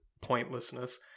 pointlessness